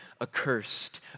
accursed